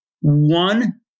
One